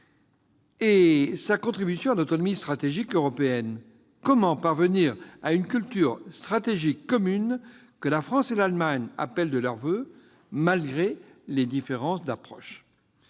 et sa contribution à l'autonomie stratégique européenne ? Comment parvenir à cette culture stratégique commune que la France et l'Allemagne appellent de leurs voeux, malgré les différences d'approche ?